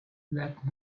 that